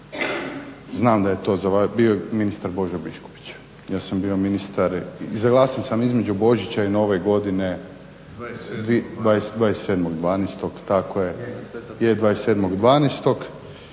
Znam da je to bio ministar Božo Biškupić, ja sam bio ministar, izglasan sam između Božića i Nove godine 27.12.tako